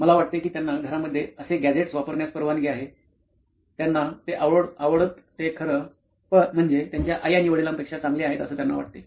मला वाटते कि त्यांना घरामध्ये असे गॅझेटस वापरण्यास परवानगी आहे त्यांना ते आवडतं ते खरं म्हणजे त्यांच्या आई आणि वडिलांपेक्षा चांगले आहेत असं त्यांना वाटते